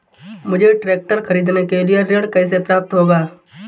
मुझे ट्रैक्टर खरीदने के लिए ऋण कैसे प्राप्त होगा?